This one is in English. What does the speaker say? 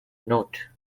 note